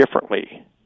differently